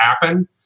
happen